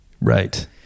Right